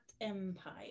empire